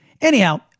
Anyhow